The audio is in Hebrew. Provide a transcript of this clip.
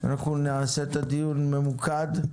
אנחנו נעשה את הדיון ממוקד.